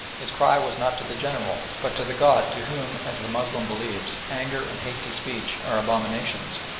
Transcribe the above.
his cry was not to the general, but to the god to whom, as the moslem believes, anger and hasty speech are abominations.